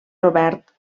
robert